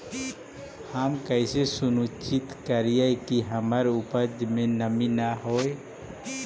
हम कैसे सुनिश्चित करिअई कि हमर उपज में नमी न होय?